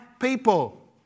people